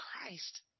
Christ